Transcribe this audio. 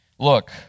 Look